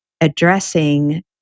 addressing